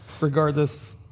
regardless